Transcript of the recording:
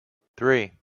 three